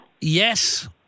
Yes